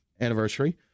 anniversary